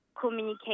communicate